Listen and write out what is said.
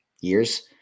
years